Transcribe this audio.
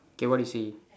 okay what you see